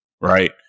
right